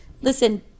listen